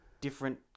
different